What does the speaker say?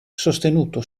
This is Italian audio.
sostenuto